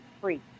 free